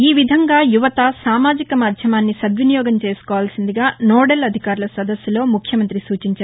ఈ విధంగా యువత సమాజానికి మాధ్యమాన్ని సద్వినియోగం చేసుకోవాల్సిందిగా నోడల్ అధికారుల సదస్సులో ముఖ్యమంతి సూచించారు